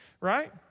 Right